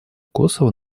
косово